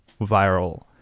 viral